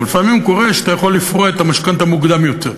אבל לפעמים קורה שאתה יכול לפרוע את המשכנתה מוקדם יותר,